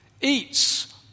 eats